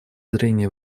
зрения